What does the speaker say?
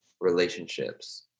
relationships